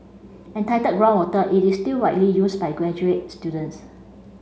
entitled groundwater it is still widely used by graduate students